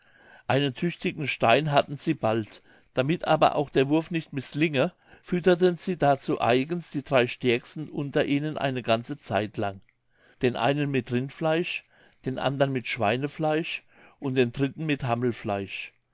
einen tüchtigen stein hatten sie bald damit aber auch der wurf nicht mißlinge fütterten sie dazu eigends die drei stärksten unter ihnen eine ganze zeit lang den einen mit rindfleisch den andern mit schweinefleisch und den dritten mit hammelfleisch